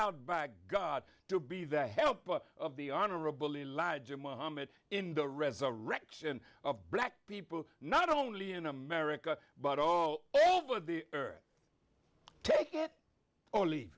out by god to be the help of the honorable elijah muhammad in the resurrection of black people not only in america but all